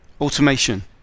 Automation